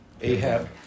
Ahab